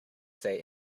say